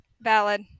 Valid